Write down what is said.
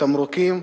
של תמרוקים,